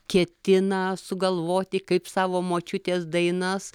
ketina sugalvoti kaip savo močiutės dainas